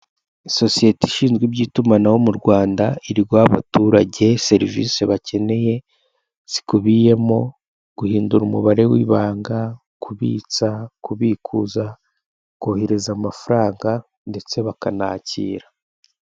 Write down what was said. Isosiyete ishinzwe iby'itumanaho mu Rwanda, iri guha abaturage serivisi bakeneye zikubiyemo guhindura umubare wibanga: kubitsa, kubikuza, kohereza amafaranga ndetse bakanakira.